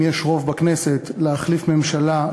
אם יש רוב בכנסת להחליף ממשלה,